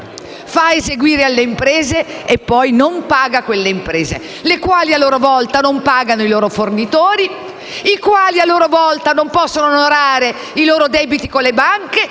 fa eseguire alle imprese, per poi non pagarle; le quali, a loro volta, non pagano i loro fornitori; i quali, a loro volta, non possono onorare i loro debiti con le banche.